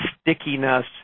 stickiness